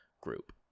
group